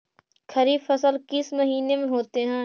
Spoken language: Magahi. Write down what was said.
खरिफ फसल किस महीने में होते हैं?